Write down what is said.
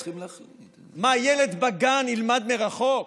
מה, ילד בגן ילמד מרחוק?